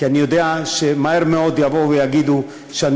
כי אני יודע שמהר מאוד יבואו ויגידו שאני